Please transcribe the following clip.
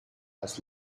als